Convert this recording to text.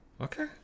okay